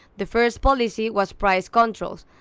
the first policy was price controls.